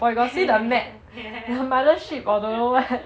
ya